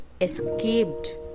escaped